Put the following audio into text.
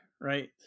right